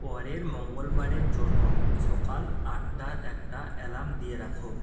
পরের মঙ্গলবারের জন্য সকাল আটটার একটা অ্যালাম দিয়ে রাখো